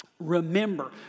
Remember